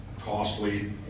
costly